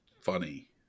funny